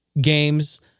games